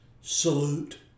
salute